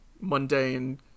mundane